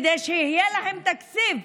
כדי שיהיה להם תקציב.